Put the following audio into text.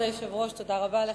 כבוד היושב-ראש, תודה רבה לך.